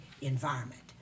environment